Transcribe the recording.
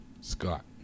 Scott